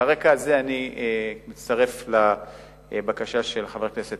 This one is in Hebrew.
על הרקע הזה אני מצטרף לבקשה של חבר הכנסת